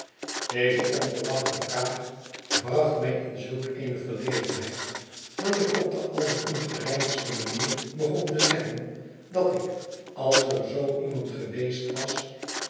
deze onverwachte vraag bracht mij in zulk eene verlegenheid dat ik op de allerongerijmdste manier begon te zeggen dat ik als er zoo iemand geweest was